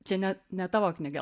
čia ne ne tavo knyga